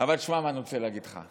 אבל תשמע מה אני רוצה להגיד לך.